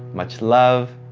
much love,